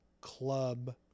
club